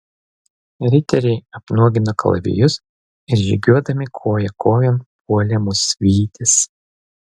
riteriai apnuogino kalavijus ir žygiuodami koja kojon puolė mus vytis